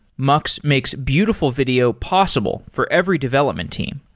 mux makes beautiful video possible for every development team.